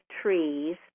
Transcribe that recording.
trees